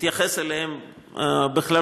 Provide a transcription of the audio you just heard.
אתייחס אליהן בכללותן,